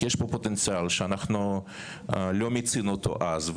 כי יש פה פוטנציאל שאנחנו לא מיצינו אותו אז,